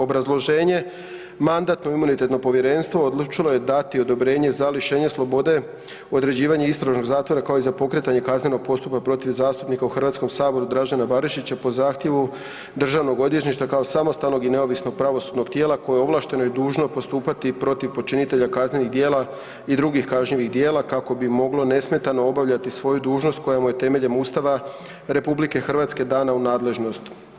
Obrazloženje: Mandatno-imunitetno povjerenstvo odlučilo je dati odobrenja za lišenje slobode i određivanje istražnog zatvora kao i za pokretanje kaznenog postupka protiv zastupnika u HS-u Dražena Barišića po zahtjevu DORH-a kao samostalnog i neovisnog pravosudnog tijela koje je ovlašteno i dužno postupati protiv počinitelja kaznenih djela i drugih kažnjivih djela kako bi moglo nesmetano obavljati svoju dužnost koja mu je temeljen Ustava RH dana u nadležnost.